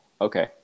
Okay